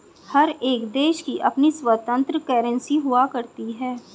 हर एक देश की अपनी स्वतन्त्र करेंसी हुआ करती है